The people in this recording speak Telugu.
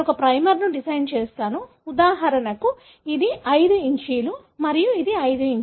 నేను ఒక ప్రైమర్ని డిజైన్ చేసాను ఉదాహరణకు ఇది 5' మరియు ఇది 5'